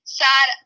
sad